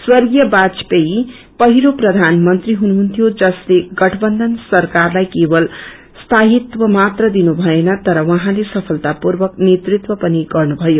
स्वग्रेय बाजपेयी पहिलो प्रयानमंत्री हुनुहुन्थिो जसले गठबन्थन सरकारलाई केवल स्थायति मात्र दिनु भएन तर उहाँले सफलता पूर्वक नेतृत्व पनि दिनु भयो